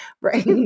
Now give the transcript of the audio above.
right